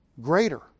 greater